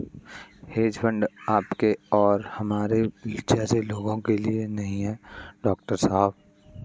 hedge fund आपके और हमारे जैसे लोगों के लिए नहीं है, डॉक्टर साहब